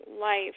life